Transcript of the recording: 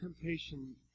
temptation